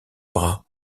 bras